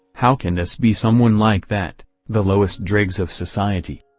how can this be someone like that, the lowest dregs of society?